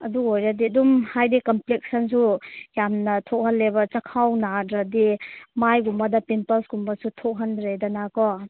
ꯑꯗꯨ ꯑꯣꯏꯔꯗꯤ ꯑꯗꯨꯝ ꯍꯥꯏꯗꯤ ꯀꯝꯄ꯭ꯂꯦꯛꯁꯟꯁꯨ ꯌꯥꯝꯅ ꯊꯣꯛꯍꯜꯂꯦꯕ ꯆꯥꯛꯈꯥꯎ ꯅꯥꯗ꯭ꯔꯗꯤ ꯃꯥꯏꯒꯨꯝꯕꯗ ꯄꯤꯝꯄꯜꯁ ꯀꯨꯝꯕꯁꯨ ꯊꯣꯛꯍꯟꯗ꯭ꯔꯦꯗꯅꯀꯣ